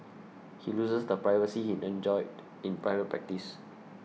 he loses the privacy he enjoyed in private practice